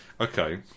Okay